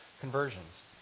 conversions